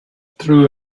true